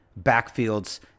backfields